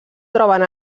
troben